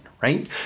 right